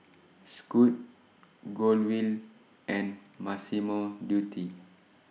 Scoot Golden Wheel and Massimo Dutti